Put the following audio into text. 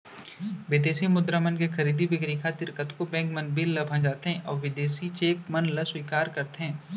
बिदेसी मुद्रा मन के खरीदी बिक्री खातिर कतको बेंक मन बिल ल भँजाथें अउ बिदेसी चेक मन ल स्वीकार करथे